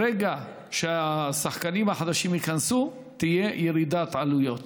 ברגע שהשחקנים החדשים ייכנסו תהיה ירידת עלויות.